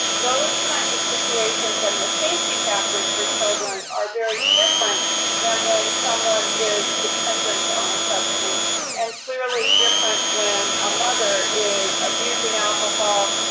those kinds of situations and the safety factors for children are very different then when someone is dependent on a substance and clearly different when a mother is abusing alcohol,